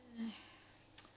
ya